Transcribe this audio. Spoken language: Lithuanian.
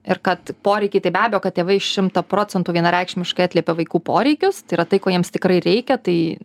ir kad poreikiai tai be abejo kad tėvai šimtą procentų vienareikšmiškai atliepia vaikų poreikius tai yra tai ko jiems tikrai reikia tai